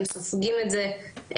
הם סופגים את זה.